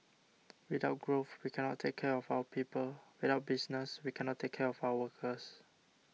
without growth we cannot take care of our people without business we cannot take care of our workers